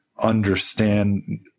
understand